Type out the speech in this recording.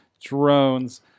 drones